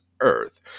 Earth